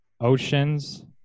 oceans